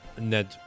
Ned